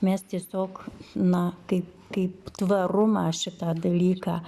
mes tiesiog na kaip kaip tvarumą šitą dalyką